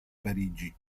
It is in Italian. parigi